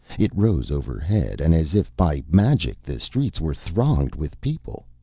it rose overhead, and as if by magic the streets were thronged with people.